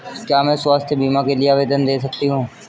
क्या मैं स्वास्थ्य बीमा के लिए आवेदन दे सकती हूँ?